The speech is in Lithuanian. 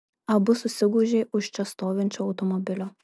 abu susigūžė už čia stovinčio automobilio